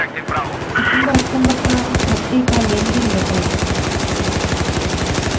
सितंबर अक्तूबर का खाते का लेनदेन बताएं